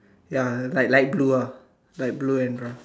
ya like like light blue ah light blue and brown